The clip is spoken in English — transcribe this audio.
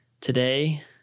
Today